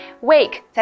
Wake